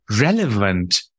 relevant